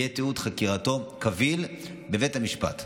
יהיה תיעוד חקירתו קביל בבית המשפט.